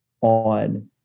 on –